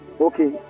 okay